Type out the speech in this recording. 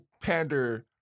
pander